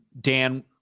Dan